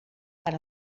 per